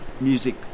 music